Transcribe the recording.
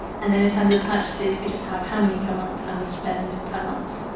and then in terms of purchases we just have how many per month and the spend per month.